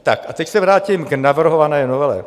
A teď se vrátím k navrhované novele.